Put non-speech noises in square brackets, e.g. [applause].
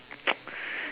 [noise]